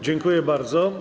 Dziękuję bardzo.